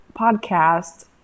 podcast